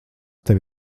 tev